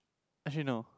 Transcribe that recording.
actually no